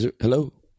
Hello